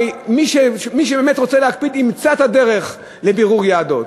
הרי מי שבאמת רוצה להקפיד ימצא את הדרך לבירור יהדות.